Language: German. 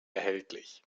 erhältlich